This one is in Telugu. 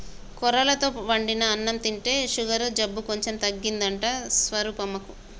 కొర్రలతో వండిన అన్నం తింటే షుగరు జబ్బు కొంచెం తగ్గిందంట స్వరూపమ్మకు